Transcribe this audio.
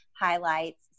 highlights